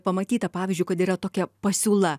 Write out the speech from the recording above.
pamatyta pavyzdžiui kad yra tokia pasiūla